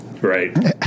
Right